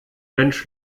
mensch